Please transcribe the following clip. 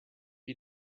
you